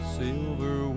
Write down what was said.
silver